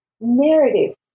narrative